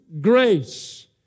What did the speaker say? grace